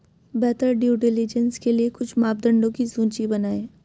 बेहतर due diligence के लिए कुछ मापदंडों की सूची बनाएं?